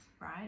right